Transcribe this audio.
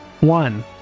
One